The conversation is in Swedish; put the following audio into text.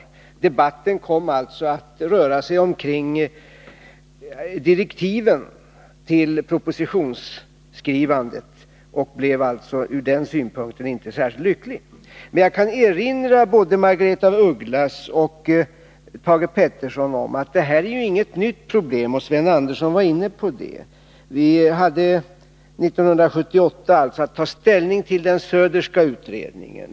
Debatten kom alltså att röra sig omkring direktiven till propositionsskrivandet, och det blev inte särskilt lyckat. Men jag kan erinra både Margaretha af Ugglas och Thage Peterson om att detta inte är något nytt problem. Sven Andersson var inne på detta. Vi hade 1978 att ta ställning till den Söderska utredningen.